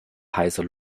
heißer